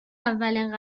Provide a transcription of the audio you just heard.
اولین